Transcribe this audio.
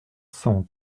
cent